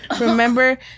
Remember